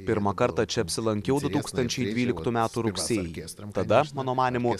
pirmą kartą čia apsilankiau du tūkstančiai dvyliktų metų rugsėjį tada mano manymu